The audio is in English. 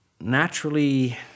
naturally